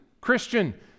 Christian